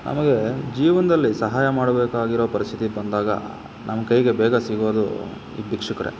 ನಮಗೆ ಜೀವನದಲ್ಲಿ ಸಹಾಯ ಮಾಡಬೇಕಾಗಿರೋ ಪರಿಸ್ಥಿತಿ ಬಂದಾಗ ನಮ್ಮ ಕೈಗೆ ಬೇಗ ಸಿಗೋದು ಈ ಭಿಕ್ಷುಕರೇ